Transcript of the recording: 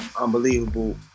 unbelievable